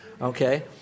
okay